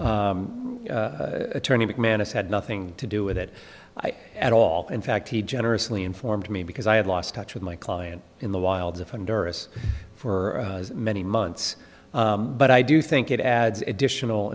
attorney mcmanus had nothing to do with it at all in fact he generously informed me because i had lost touch with my client in the wilds of and dorris for many months but i do think it adds additional